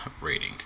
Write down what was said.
rating